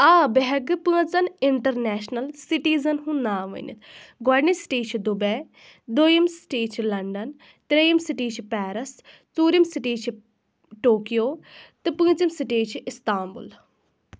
آ بہٕ ہٮ۪کہٕ پانٛژَن اِنٛٹَرنیشنَل سِٹیٖزَن ہُنٛد ناو ؤنِتھ گۄڈٕنِچ سِٹی چھِ دُبے دوٚیِم سِٹی چھِ لَنٛدن ترٛیٚیِم سِٹی چھِ پیٚرَس ژوٗرِم سِٹی چھِ ٹوکِیو تہٕ پٲنٛژِم سِٹی چھِ اِستامبُل